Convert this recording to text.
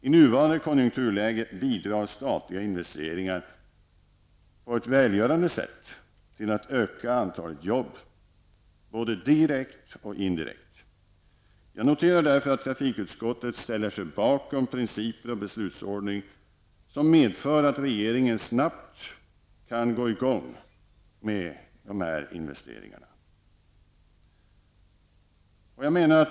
I nuvarande konjunkturläge bidrar statliga investeringar på ett välgörande sätt till att öka antalet jobb, både direkt och indirekt. Jag noterar därför att trafikutskottet ställer sig bakom principer och beslutsordning som medför att regeringen snabbt kan göra dessa investeringar.